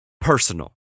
personal